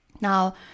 now